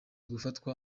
gufatwa